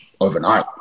overnight